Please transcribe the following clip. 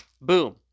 boom